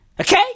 Okay